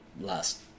last